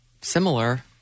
similar